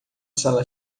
sala